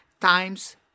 times